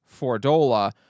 Fordola